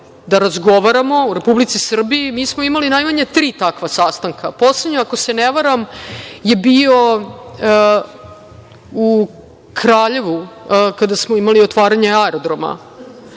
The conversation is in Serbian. da razgovaramo, u Republici Srbiji. Mi smo imali najmanje tri takva sastanka, poslednji, ako se ne varam je bio u Kraljevu, kada smo imali otvaranje aerodroma,